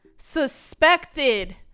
suspected